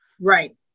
right